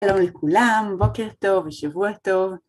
שלום לכולם, בוקר טוב, שבוע טוב.